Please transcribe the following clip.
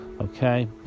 Okay